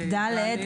את ד(1),